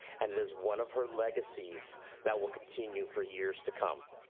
and it is one of her legacy's that will continue for years to come.